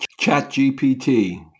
ChatGPT